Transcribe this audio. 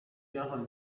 جهان